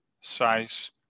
size